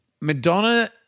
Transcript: Madonna